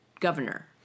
governor